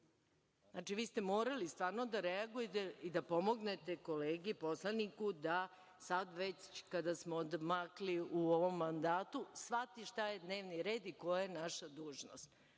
reda. Znači vi ste morali da reagujete i da pomognete kolegi poslaniku da sad već kada smo odmakli u ovom mandatu, shvati koji je dnevni red i koja je naša dužnost.